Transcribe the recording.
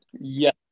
Yes